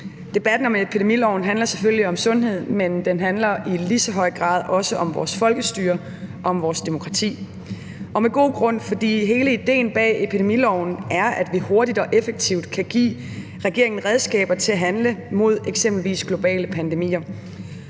Debatten om epidemiloven handler selvfølgelig om sundhed, men den handler i lige så høj grad om vores folkestyre, om vores demokrati – og med god grund, for hele idéen bag epidemiloven er, at vi hurtigt og effektivt kan give regeringen redskaber til at handle mod eksempelvis globale pandemier.